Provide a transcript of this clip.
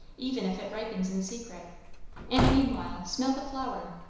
even if it ripens in secret and meanwhile smell the flower.